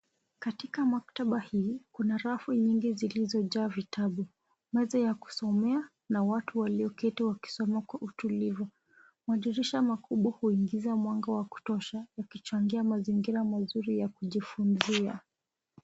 Katika maktaba hii, kuna rafu nyingi zilizojaa vitabu. Meza ya kusomea na watu walioketi wakisoma kwa utulivu. Madirisha makubwa huingiza mwanga wa kutosha, ukichangia mazingira mazuri ya kujifunzia.